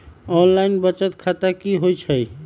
Online बचत खाता की होई छई?